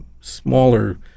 smaller